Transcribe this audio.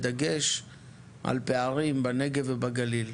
בדגש על פערים בנגב ובגליל,